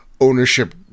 ownership